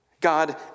God